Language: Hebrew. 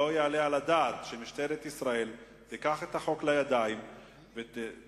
לא יעלה על הדעת שמשטרת ישראל תיקח את החוק לידיים ותצפצף